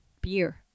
Beer